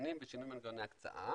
שניתנים בשינוי מנגנוני הקצאה.